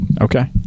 Okay